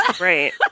Right